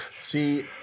See